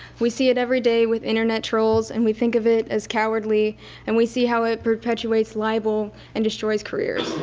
we see it everyday with internet trolls and we think of it as cowardly and we see how it perpetuates libel and destroys careers.